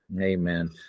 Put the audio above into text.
Amen